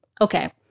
Okay